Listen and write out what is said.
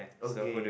okay